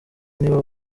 nibo